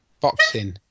Boxing